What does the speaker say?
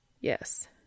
Yes